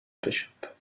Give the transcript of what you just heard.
bishop